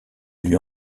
lui